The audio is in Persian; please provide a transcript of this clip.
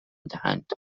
دهند